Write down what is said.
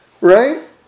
Right